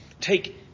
take